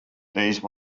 these